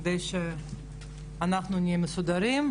עדיף שאנחנו נהיה מסודרים,